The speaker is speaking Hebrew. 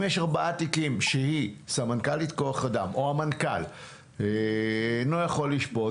אם יש ארבעה תיקים שסמנכ"לית כוח אדם או המנכ"ל לא יכולים לשפוט.